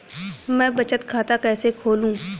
मैं बचत खाता कैसे खोलूं?